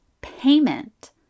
payment